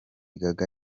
gaga